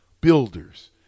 builders